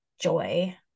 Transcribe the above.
joy